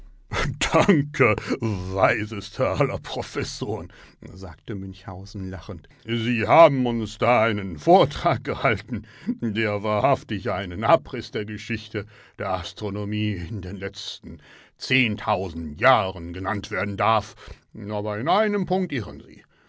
weisester aller professoren sagte münchhausen lachend sie haben uns da einen vortrag gehalten der wahrhaftig ein abriß der geschichte der astronomie in den letzten jahren genannt werden darf aber in einem punkte irren sie